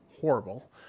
horrible